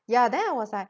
ya then I was like